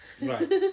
Right